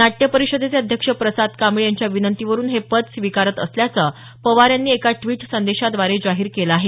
नाट्य परिषदेचे अध्यक्ष प्रसाद कांबळी यांच्या विनंतीवरून हे पद स्वीकारत असल्याचं पवार यांनी एका ट्वीट संदेशाद्वारे जाहीर केलं आहे